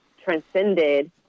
transcended